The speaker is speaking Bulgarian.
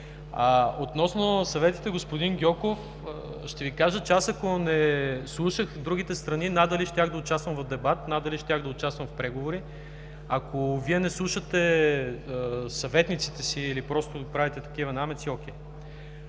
Относно съветите, господин Гьоков, ще Ви кажа, че аз ако не слушах другите страни, надали щях да участвам в дебат, надали щях да участвам в преговори. Ако Вие не слушате съветниците си, или просто правите такива намеци – ОК.